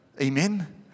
Amen